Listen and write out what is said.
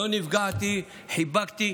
לא נפגעתי, חיבקתי.